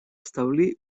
establir